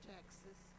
Texas